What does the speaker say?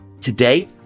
Today